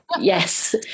yes